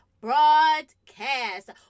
broadcast